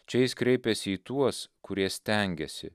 čia jis kreipėsi į tuos kurie stengiasi